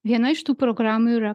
viena iš tų programų yra